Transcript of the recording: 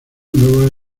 nuevos